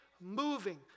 moving